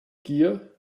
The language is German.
gier